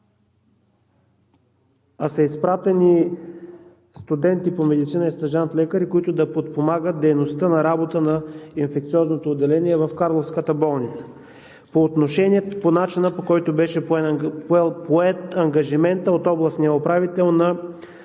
там са изпратени в момента студенти по медицина и стажант-лекари, които да подпомагат дейността на работа на инфекциозното отделение в Карловската болница по начина, по който беше поет ангажиментът от областния управител на